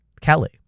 Kelly